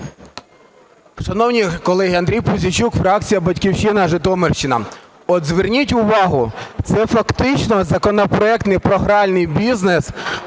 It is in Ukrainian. Шановні колеги! Андрій Пузійчук, фракція "Батьківщина", Житомирщина. От зверніть увагу, це фактично законопроект не про гральний бізнес,